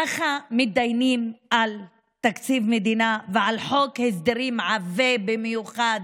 ככה מתדיינים על תקציב מדינה ועל חוק הסדרים עבה במיוחד,